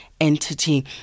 entity